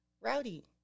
rowdy